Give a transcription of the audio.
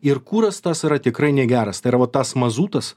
ir kuras tas yra tikrai negeras tai yra va tas mazutas